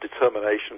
determination